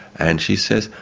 and she says,